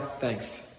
Thanks